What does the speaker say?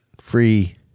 free